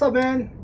ah man